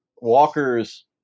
Walker's